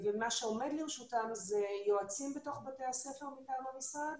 מה שעומד לרשותם זה יועצים בתוך בתי הספר וגני הילדים מטעם המשרד